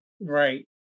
Right